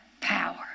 power